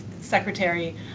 Secretary